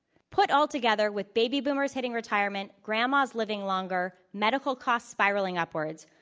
put all together with baby boomers hitting retirement, grandmas living longer, medical costs spiraling upwards,